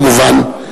כמובן,